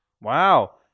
wow